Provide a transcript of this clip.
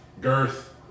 girth